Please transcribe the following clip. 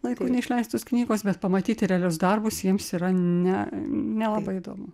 laiku neišleistos knygos bet pamatyti realius darbus jiems yra ne nelabai įdomu